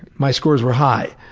my scores were high.